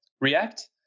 React